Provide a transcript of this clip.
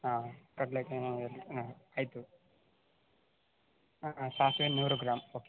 ಹಾಂ ಕಡ್ಲೆ ಕಾಳು ಹಾಂ ಆಯಿತು ಹಾಂ ಸಾಸಿವೆ ನೂರು ಗ್ರಾಮ್ ಓಕೆ